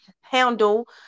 handle